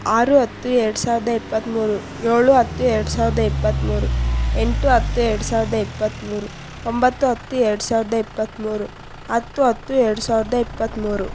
ಆರು ಹತ್ತು ಎರಡು ಸಾವಿರದ ಇಪ್ಪತ್ತ್ಮೂರು ಏಳು ಹತ್ತು ಎರಡು ಸಾವಿರದ ಇಪ್ಪತ್ತ್ಮೂರು ಎಂಟು ಹತ್ತು ಎರಡು ಸಾವಿರದ ಇಪ್ಪತ್ತ್ಮೂರು ಒಂಬತ್ತು ಹತ್ತು ಎರಡು ಸಾವಿರದ ಇಪ್ಪತ್ತ್ಮೂರು ಹತ್ತು ಹತ್ತು ಎರಡು ಸಾವಿರದ ಇಪ್ಪತ್ತ್ಮೂರು